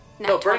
No